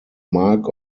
mark